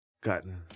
gotten